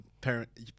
parent